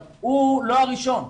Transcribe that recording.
הוא לא הראשון.